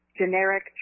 generic